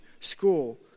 school